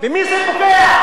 במי זה פוגע?